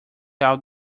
out